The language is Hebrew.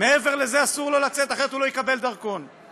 מתברר לי שחברת הכנסת סתיו שפיר לפני